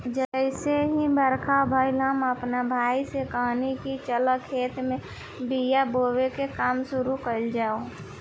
जइसे ही बरखा भईल, हम आपना भाई से कहनी की चल खेत में बिया बोवे के काम शुरू कईल जाव